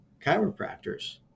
chiropractors